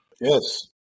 Yes